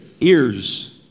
Ears